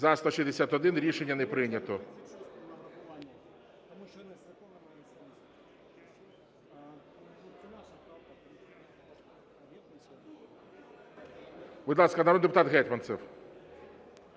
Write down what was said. За-161 Рішення не прийнято. Будь ласка, народний депутат Гетманцев.